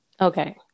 Okay